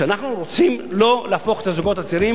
כאשר אנחנו רוצים לא להפוך את הזוגות הצעירים